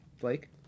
Blake